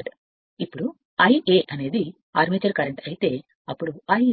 Z ఇప్పుడు Ia అనేది armature current అయితే అప్పుడు I